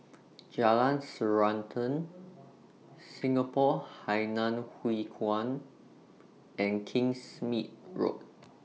Jalan Srantan Singapore Hainan Hwee Kuan and Kingsmead Road